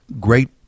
great